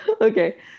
Okay